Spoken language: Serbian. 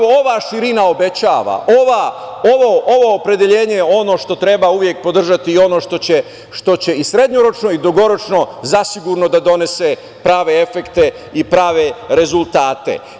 Ova širina obećava, ovo opredeljenje je ono što uvek treba podržati i što će srednjoročno i dugoročno zasigurno da donese prave efekte i prave rezultate.